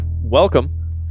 welcome